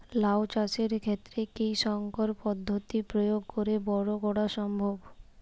লাও চাষের ক্ষেত্রে কি সংকর পদ্ধতি প্রয়োগ করে বরো করা সম্ভব?